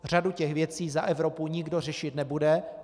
Řadu těch věcí za Evropu nikdo řešit nebude.